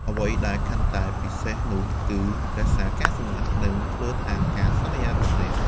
អ្វីដែលកាន់តែពិសេសនោះ គឺរក្សាការសម្ងាត់ និងធ្វើតាមការសន្យារបស់អ្នក។